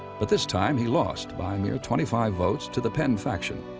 but this time he lost by a mere twenty five votes to the penn faction,